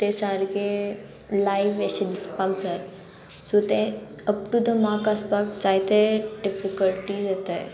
ते सारके लायव्ह अशें दिसपाक जाय सो ते अप टू द मार्क आसपाक जायते डिफिकल्टीज येताय